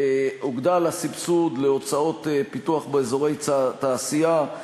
הוגדל הסבסוד להוצאות פיתוח באזורי תעשייה,